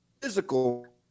physical